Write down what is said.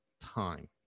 time